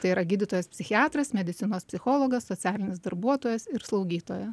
tai yra gydytojas psichiatras medicinos psichologas socialinis darbuotojas ir slaugytoja